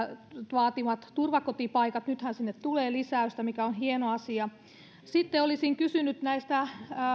vaatimat turvakotipaikat nythän sinne tulee lisäystä mikä on hieno asia sitten olisin kysynyt näistä